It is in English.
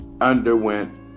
underwent